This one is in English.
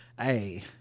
Hey